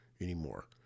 anymore